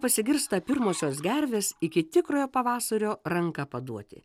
pasigirsta pirmosios gervės iki tikrojo pavasario ranka paduoti